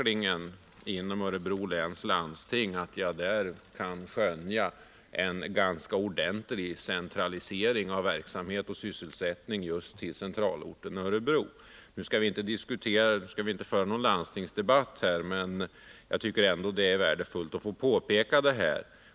Inom Örebro läns landsting kan man skönja en betydande centalisering av verksamhet och sysselsättning till centralorten Örebro. Nu skall vi inte föra någon landstingsdebatt här, men jag har ändå velat påpeka detta.